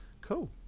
Cool